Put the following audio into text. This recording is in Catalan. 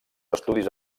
estudis